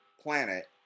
planet